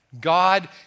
God